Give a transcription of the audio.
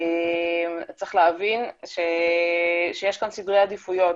צריך להבין שיש כאן סדרי עדיפויות.